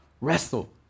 Wrestle